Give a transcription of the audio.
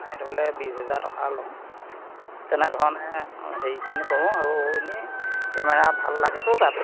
night হ'লে বিশ হাজাৰ টকা লওঁ তেনেধৰণে হেৰিখিনি কৰো আৰু এনে কেমেৰা ভাল লাগেটো তাত